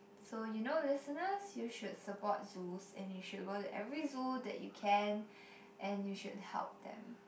so you know listeners you should support zoos and you should go to every zoo that you can and you should help them